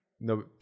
no